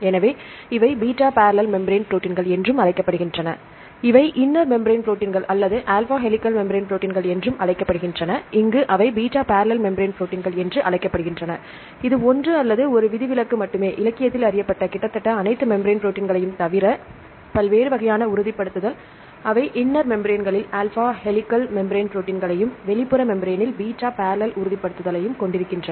எனவே இவை beta barrel membrane ப்ரோடீன்கள் என்றும் அழைக்கப்படுகின்றன அவை இந்நர் மெம்பிரான் ப்ரோடீன்கள் அல்லது ஆல்பா ஹெலிகல் மெம்பிரான் ப்ரோடீன்கள் என்றும் அழைக்கப்படுகின்றன இங்கு அவை பீட்டா பர்ரேல் மெம்பிரான் ப்ரோடீன்கள் என்று அழைக்கப்படுகின்றன இது ஒன்று அல்லது ஒரு விதிவிலக்கு மட்டுமே இலக்கியத்தில் அறியப்பட்ட கிட்டத்தட்ட அனைத்து மெம்பிரான் ப்ரோடீன்களையும் தவிர பல்வேறு வகையான உறுதிப்படுத்தல் அவை இந்நர் மெம்பிரான்களில் ஆல்பா ஹெலிகல் மெம்பிரான் ப்ரோடீன்களையும் வெளிப்புற மெம்பிரேனில் பீட்டா பர்ரேல் உறுதிப்படுத்தலையும் கொண்டிருக்கின்றன